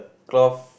cloth